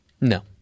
No